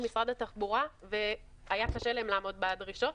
משרד התחבורה והיה קשה להם לעמוד בדרישות.